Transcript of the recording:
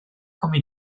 come